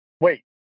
wait